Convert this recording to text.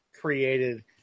created